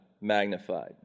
magnified